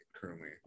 currently